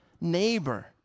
neighbor